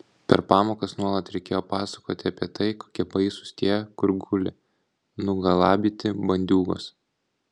per pamokas nuolat reikėjo pasakoti apie tai kokie baisūs tie kur guli nugalabyti bandiūgos